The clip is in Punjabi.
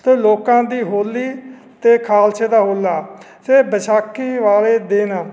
ਅਤੇ ਲੋਕਾਂ ਦੀ ਹੋਲੀ ਅਤੇ ਖਾਲਸੇ ਦਾ ਹੋਲਾ ਫਿਰ ਵਿਸਾਖੀ ਵਾਲੇ ਦਿਨ